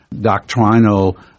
doctrinal